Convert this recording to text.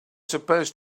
supposed